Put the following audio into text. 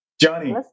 Johnny